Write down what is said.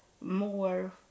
more